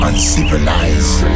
Uncivilized